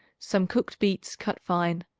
some cooked beets cut fine,